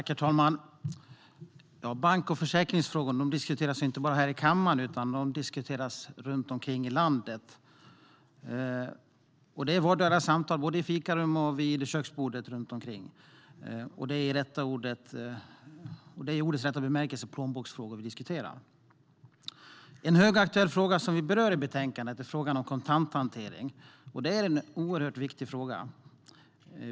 Herr talman! Bank och försäkringsfrågor diskuteras inte bara här i kammaren utan också runt omkring i landet. Det sker i vardagliga samtal i fikarum och vid köksbord. De är i ordets rätta bemärkelse plånboksfrågor vi diskuterar. En högaktuell fråga som vi berör i betänkandet är frågan om kontanthantering. Det är en oerhört viktig fråga.